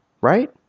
right